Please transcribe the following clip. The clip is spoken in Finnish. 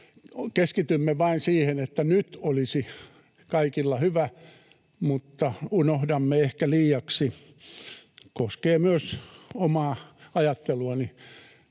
keskitymme vain siihen, että nyt olisi kaikilla hyvä, mutta unohdamme ehkä liiaksi — koskee myös omaa ajatteluani